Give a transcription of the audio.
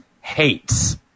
hates